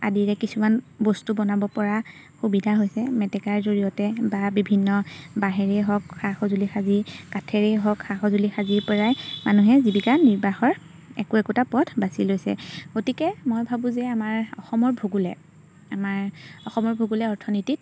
আদিৰে কিছুমান বস্তু বনাবপৰা সুবিধা হৈছে মেটেকাৰ জৰিয়তে বা বিভিন্ন বাঁহেৰেই হওক সা সঁজুলি সাজি কাঠেৰেই হওক সা সঁজুলি সাজিৰ পৰাই মানুহে জীৱিকা নিৰ্বাহৰ একো একোটা পথ বাছি লৈছে গতিকে মই ভাবোঁ যে আমাৰ অসমৰ ভূগোলে আমাৰ অসমৰ ভূগোলে অৰ্থনীতিত